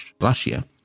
Russia